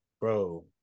bro